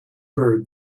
bird